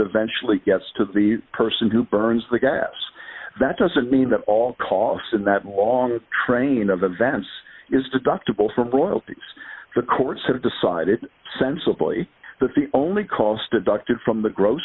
eventually gets to the person who burns the gas that doesn't mean that all costs in that long train of events is deductible for oil takes the courts have decided sensibly that the only cost a ducted from the gross